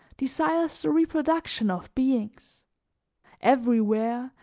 desires the reproduction of beings everywhere,